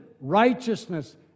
righteousness